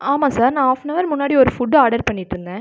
ஆமாம் சார் நான் off on அவர் முன்னாடி ஒரு ஃபுட் ஆர்டர் பண்ணிட்டுருந்தேன்